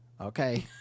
okay